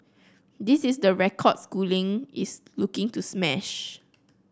this is the record schooling is looking to smash